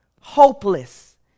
hopeless